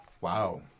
Wow